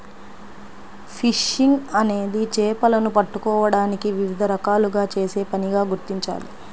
fishing అనేది చేపలను పట్టుకోవడానికి వివిధ రకాలుగా చేసే పనిగా గుర్తించాలి